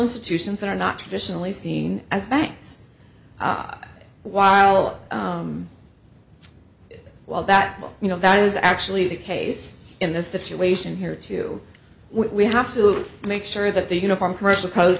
institutions that are not traditionally seen as banks while while that will you know that is actually the case in this situation here too we have to make sure that the uniform commercial co